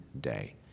day